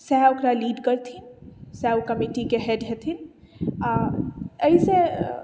सएह ओकरा लीड करथिन सएह ओहि कमिटीके हेड हेथिन आ एहिसँ